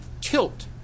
tilt